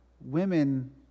women